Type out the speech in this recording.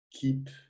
keep